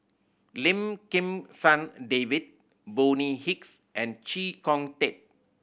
Lim Kim San David Bonny Hicks and Chee Kong Tet